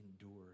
endure